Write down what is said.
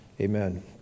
amen